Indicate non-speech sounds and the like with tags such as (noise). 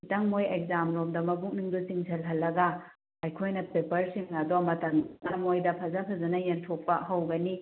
ꯈꯤꯇꯪ ꯃꯣꯏ ꯑꯦꯛꯖꯥꯝꯂꯣꯝꯗ ꯃꯄꯨꯛꯅꯤꯡꯗꯣ ꯆꯤꯡꯁꯤꯜꯍꯜꯂꯒ ꯑꯩꯈꯣꯏꯅ ꯄꯦꯄꯔꯁꯤꯡ ꯑꯗꯣ ꯃꯇꯝ (unintelligible) ꯃꯣꯏꯗ ꯐꯖ ꯐꯖꯅ ꯌꯦꯟꯊꯣꯛꯄ ꯍꯧꯒꯅꯤ